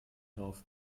auf